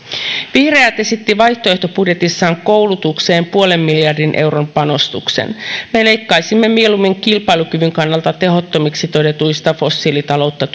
vihreät esittivät vaihtoehtobudjetissaan koulutukseen puolen miljardin euron panostuksen me leikkaisimme mieluummin kilpailukyvyn kannalta tehottomiksi todetuista fossiilitaloutta